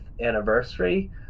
anniversary